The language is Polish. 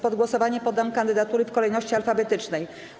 Pod głosowanie poddam kandydatury w kolejności alfabetycznej.